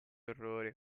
orrore